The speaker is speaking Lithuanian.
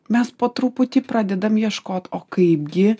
mes po truputį pradedam ieškot o kaipgi